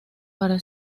para